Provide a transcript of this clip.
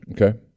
Okay